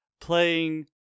playing